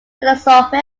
philosophy